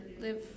live